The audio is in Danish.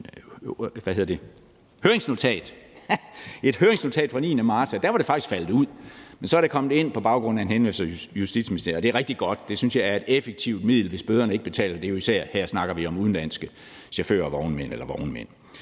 kan se i et høringsnotat fra den 9. marts, at der var det faktisk faldet ud, men så er det kommet ind på baggrund af en henvendelse fra Justitsministeriet, og det er rigtig godt. Det synes jeg er et effektivt middel, hvis bøderne ikke betales; her snakker vi om udenlandske chauffører eller vognmænd.